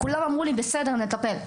כולם אמרו לי, בסדר, נטפל.